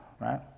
right